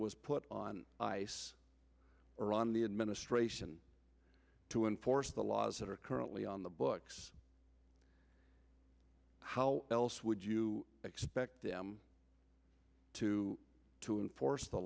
was put on ice or on the administration to enforce the laws that are currently on the books how else would you expect them to to enforce the